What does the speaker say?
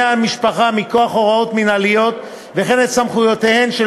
המשפחה מכוח הוראות מינהליות וכן את סמכויותיהן של